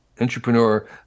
entrepreneur